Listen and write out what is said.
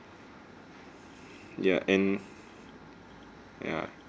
ya and ya